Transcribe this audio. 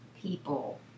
people